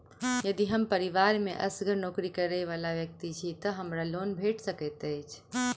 यदि हम परिवार मे असगर नौकरी करै वला व्यक्ति छी तऽ हमरा लोन भेट सकैत अछि?